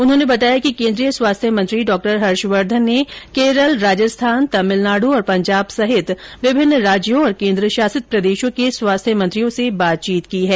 उन्होंने बताया कि केंद्रीय स्वास्थ्य मंत्री डाक्टर हर्षवर्धन ने केरल राजस्थान तमिलनाडु और पंजाब सहित विभिन्न राज्यों और केंद्रशासित प्रदेशों के स्वास्थ्य मंत्रियों से बातचीत की है